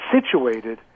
situated